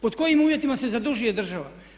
Pod kojim uvjetima se zadužuje država?